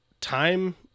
time